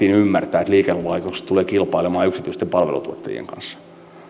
ja annettiin ymmärtää että liikelaitokset tulevat kilpailemaan yksityisten palveluntuottajien kanssa